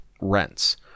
rents